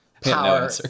power